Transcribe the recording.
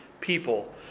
people